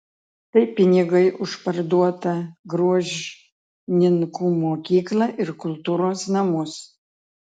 tai pinigai už parduotą gruožninkų mokyklą ir kultūros namus